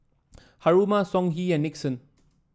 Haruma Songhe and Nixon